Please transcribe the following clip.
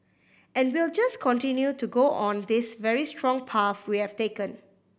and we'll just continue to go on this very strong path we have taken